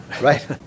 Right